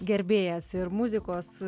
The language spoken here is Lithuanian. gerbėjas ir muzikos